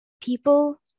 people